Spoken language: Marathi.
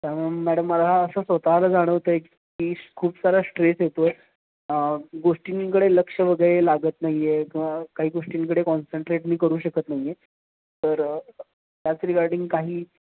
त्यामुळे मॅडम मला असं स्वतःला जाणवतं आहे की खूप सारा स्ट्रेस येतो आहे गोष्टींकडे लक्ष वगैरे लागत नाही आहे किंवा काही गोष्टींकडे कॉन्सन्ट्रेट मी करू शकत नाही आहे तर त्याच रिगार्डिंग काही